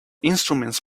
instruments